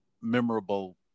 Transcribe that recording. memorable